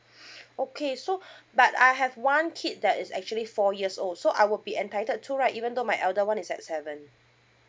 okay so but I have one kid that is actually four years old so I will be entitled too right even though my elder one is at seven